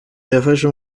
yafashe